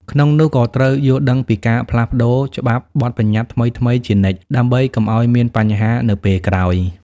ក្នុងនោះក៏ត្រូវយល់ដឹងពីការផ្លាស់ប្តូរច្បាប់បទប្បញ្ញត្តិថ្មីៗជានិច្ច ដើម្បីកុំអោយមានបញ្ហានៅពេលក្រោយ។